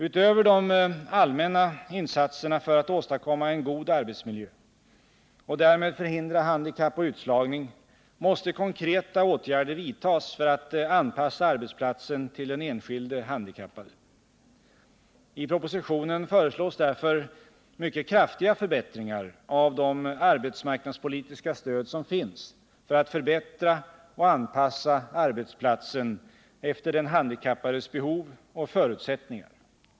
Utöver de allmänna insatserna för att åstadkomma en god arbetsmiljö och därmed förhindra handikapp och utslagning måste konkreta åtgärder vidtas för att anpassa arbetsplatsen till den enskilde handikappade. I propositionen föreslås därför mycket kraftiga förbättringar av de arbetsmarknadspolitiska stöd som finns för att förbättra och anpassa arbetsplatsen efter den handikappades behov och förutsättningar.